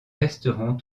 resteront